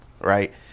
right